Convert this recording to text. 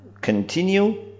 continue